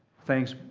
thanks,